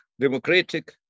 democratic